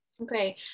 okay